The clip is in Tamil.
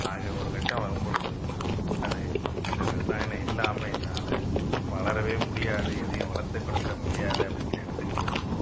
ஆக ஒரு கட்டம் வரும்பொழுது அது இந்த இரசாயனம் இல்லாமல் என்னால் வளரவே முடியாது எதையும் வளர்த்து கொடுக்க முடியாது அப்படிங்கற இடத்துக்கு போயிருது